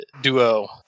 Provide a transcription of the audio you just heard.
duo